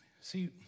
See